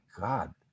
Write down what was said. God